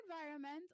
environment